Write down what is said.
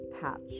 patch